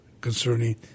concerning